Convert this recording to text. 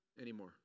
anymore